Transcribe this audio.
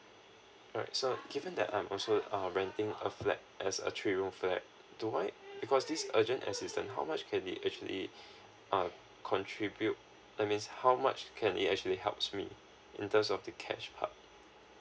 alright sure given that I'm also err renting a flat as a three room flat do I because this urgent assistance how much can we actually uh contribute I means how much can it actually helps me in terms of the cash part